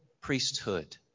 priesthood